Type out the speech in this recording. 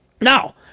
Now